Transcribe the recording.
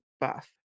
buff